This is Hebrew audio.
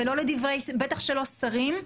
ובטח שלא לדברי שרים.